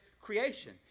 creation